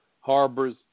harbors